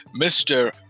Mr